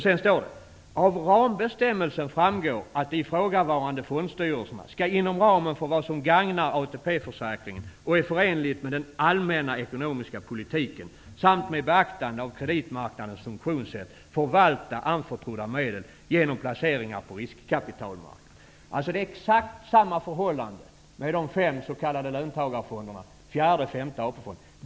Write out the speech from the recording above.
Sedan står det: Av rambestämmelsen framgår att de ifrågavarande fondstyrelserna skall inom ramen för vad som gagnar ATP-försäkringen och är förenligt med den allmänna ekonomiska politiken samt med beaktande av kreditmarknadens funktionssätt förvalta anförtrodda medel genom placeringar på riskkapitalmarknaden. Det är exakt samma förhållande med de fem s.k.